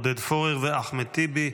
עודד פורר ואחמד טיבי.